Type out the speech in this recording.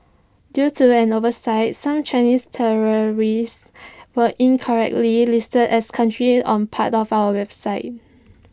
due to an oversight some Chinese territories were incorrectly listed as countries on parts of our website